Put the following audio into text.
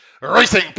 Racing